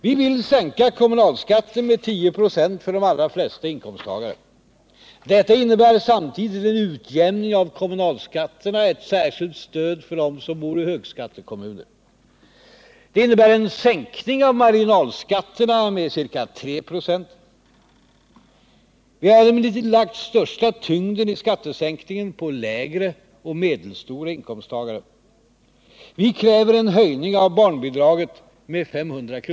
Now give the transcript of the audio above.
Vi vill sänka kommunalskatten med 10 96 för de allra flesta inkomsttagare. Det innebär samtidigt en utjämning av kommunalskatterna och ett särskilt stöd till dem som bor i högskattekommuner. Det innebär en sänkning av marginalskatterna med ca 3 96. Vi har emellertid lagt största tyngden i skattesänkningen på lägre och medelstora inkomsttagare. Vi kräver en höjning av barnbidraget med 500 kr.